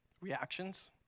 reactions